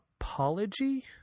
apology